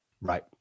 Right